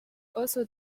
also